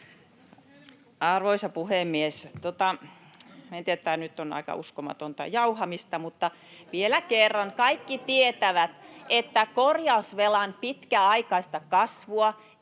Arvoisa puhemies! En tiedä, tämä on nyt aika uskomatonta jauhamista, [Vasemmalta: Ohhoh!] mutta vielä kerran: Kaikki tietävät, että korjausvelan pitkäaikaista kasvua